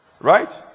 right